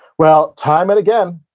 well, time and again,